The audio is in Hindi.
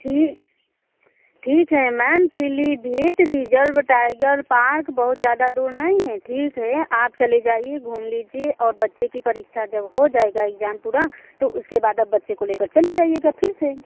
ठी ठीक है ma'am Pilibhit reserve tiger park बहुत ज्यादा दूर नहीं है ठीक है आप चले जाइए घूम लीजिए और बच्चे की परीक्षा जब हो जाएगा इग्जाम पूरा तो उसके बाद आप बच्चे को लेकर चले जाइयेगा फिर से